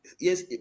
yes